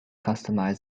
customize